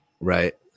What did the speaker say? Right